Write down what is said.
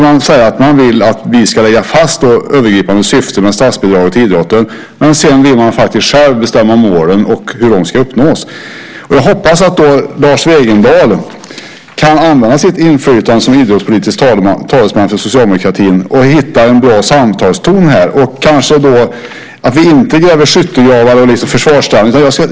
Man säger att man vill att vi ska lägga fast det övergripande syftet med statsbidraget till idrotten. Sedan vill man själv bestämma om målen och hur de ska uppnås. Jag hoppas att Lars Wegendal kan använda sitt inflytande som idrottspolitisk talesman för socialdemokratin för att hitta en bra samtalston här så att vi inte gräver skyttegravar och intar försvarsställning.